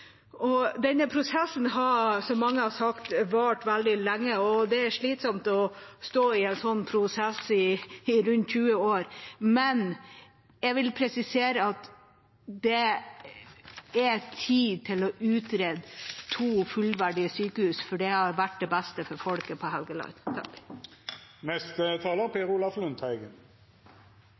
Korgfjellet. Denne prosessen har, som mange har sagt, vart veldig lenge, og det er slitsomt å stå i en sånn prosess i rundt 20 år, men jeg vil presisere at det er tid til å utrede to fullverdige sykehus, for det hadde vært det beste for folket på Helgeland.